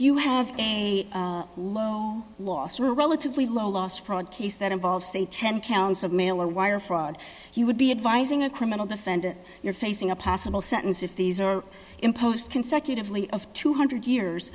you have a low loss or relatively low loss fraud case that involves say ten counts of mail or wire fraud you would be advising a criminal defendant you're facing a possible sentence if these are imposed consecutively of two hundred years